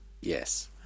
Yes